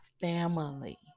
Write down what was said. family